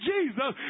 Jesus